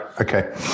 Okay